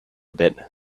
bit